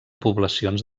poblacions